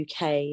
UK